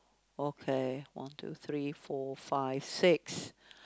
okay one two three four five six